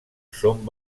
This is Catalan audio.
son